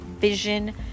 vision